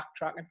backtracking